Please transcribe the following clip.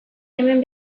hemen